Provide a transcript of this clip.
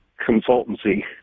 Consultancy